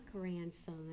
grandson